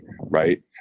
right